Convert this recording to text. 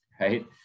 right